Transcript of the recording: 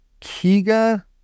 Kiga